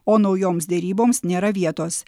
o naujoms deryboms nėra vietos